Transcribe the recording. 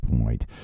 point